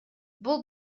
бул